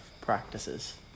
practices